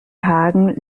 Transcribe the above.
hagen